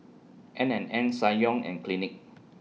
N and N Ssangyong and Clinique